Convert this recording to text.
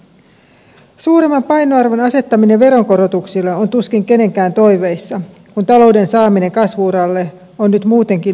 suuremman painoarvon asettaminen veronkorotuksille on tuskin kenenkään toiveissa kun talouden saaminen kasvu uralle on nyt muutenkin niin vaikeaa